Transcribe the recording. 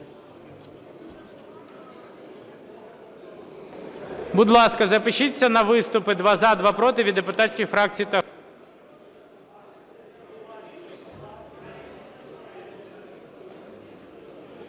Будь ласка, запишіться на виступи: два – за, два – проти від депутатських фракцій та